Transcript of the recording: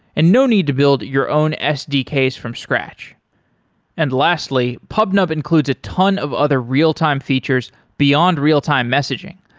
and no need to build your own sdks from scratch and lastly, pubnub includes a ton of other real-time features beyond real-time messaging,